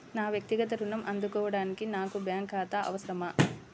నా వక్తిగత ఋణం అందుకోడానికి నాకు బ్యాంక్ ఖాతా అవసరమా?